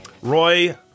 Roy